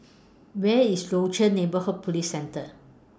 Where IS Rochor Neighborhood Police Centre